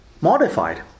modified